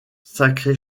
sacré